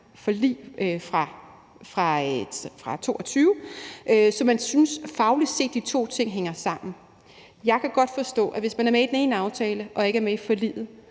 forlig fra 2022, så man synes fagligt set, at de to ting set hænger sammen. Jeg kan godt forstå, at hvis man er med i den ene aftale og ikke er med i forliget,